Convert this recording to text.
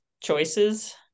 choices